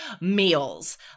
meals